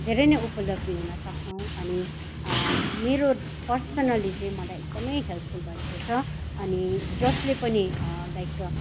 धेरै नै उपलब्धि हुन सक्छौँ अनि मेरो पर्सनली चाहिँ मलाई एकदमै हेल्पफुल भएको छ अनि जसले पनि लाइक